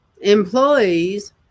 employees